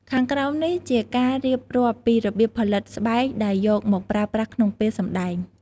ខាងក្រោមនេះជាការរៀបរាប់ពីរបៀបផលិតស្បែកដែលយកមកប្រើប្រាស់ក្នុងពេលសម្តែង។